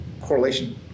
Correlation